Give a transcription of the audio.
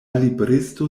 libristo